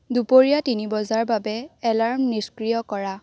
দুপৰীয়া তিনি বজাৰ বাবে এলাৰ্ম নিষ্ক্ৰিয় কৰা